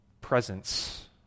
presence